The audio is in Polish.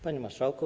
Panie Marszałku!